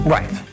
Right